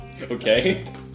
Okay